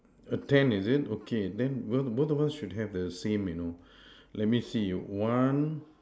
err ten is it okay then well both of us should have the same you know let me see one